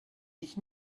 ich